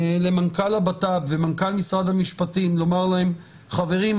למנכ"ל הבט"פ ומנכ"ל משרד המשפטים ולומר להם: חברים,